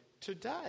Today